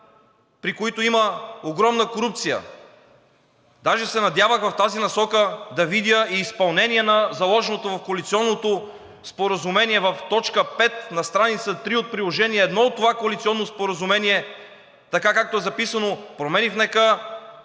при които има огромна корупция. Даже се надявах в тази насока да видя и изпълнение на заложеното в коалиционното споразумение в т. 5 на стр. 3 от Приложение № 1 от това коалиционно споразумение така, както е записано: „Промени в НК